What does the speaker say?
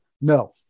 No